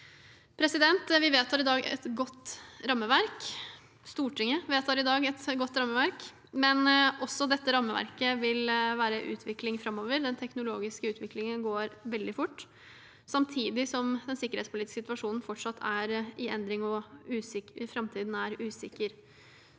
å sikre etterlevelse gjennom tilsyn. Stortinget vedtar i dag et godt rammeverk, men også dette rammeverket vil være i utvikling framover. Den teknologiske utviklingen går veldig fort, samtidig som den sikkerhetspolitiske situasjonen fortsatt er i endring og framtiden er usikker.